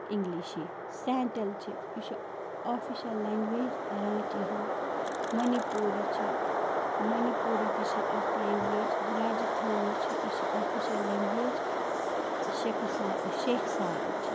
اِنٛگلِشی central چھِ یہِ چھُ آفِشَل لینٛگویج رانچی ہِنٛز مٔنِپوٗری چھِ مٔنِپوٗری تہِ چھِ اَکھ لینٛگویج راجِستھانی چھِ یہِ چھِ آفِشَل لینٛگویج شٮ۪کِسا شیخ سارٕچ